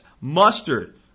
mustard